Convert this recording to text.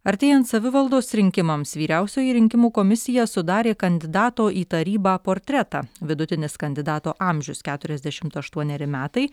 artėjant savivaldos rinkimams vyriausioji rinkimų komisija sudarė kandidato į tarybą portretą vidutinis kandidato amžius keturiasdešimt aštuoneri metai